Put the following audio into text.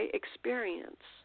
experience